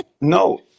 No